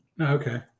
Okay